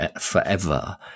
forever